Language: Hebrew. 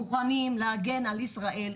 מוכנים להגן על ישראל,